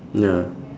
ya